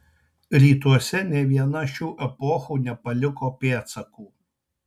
rytuose nė viena šių epochų nepaliko pėdsakų